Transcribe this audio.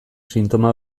sintoma